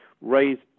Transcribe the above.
raised